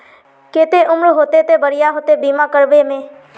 केते उम्र होते ते बढ़िया होते बीमा करबे में?